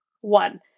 one